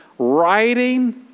writing